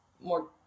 more